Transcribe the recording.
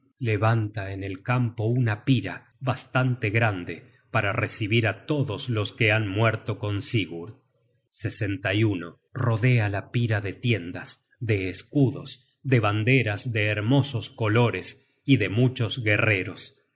levanta en el campo una pira bastante grande para recibir á todos los que han muerto con sigurd rodea la pira de tiendas de escudos de banderas de hermosos colores y de muchos guerreros